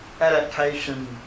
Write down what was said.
adaptation